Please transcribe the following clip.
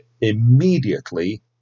immediately